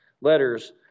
letters